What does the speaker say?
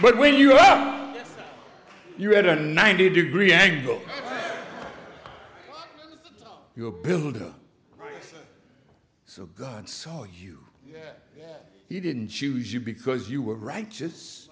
but when you have you had a ninety degree angle your build up so god saw you he didn't choose you because you were right just